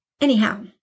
Anyhow